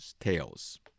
tails